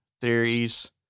theories